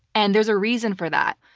and there's a reason for that.